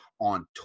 on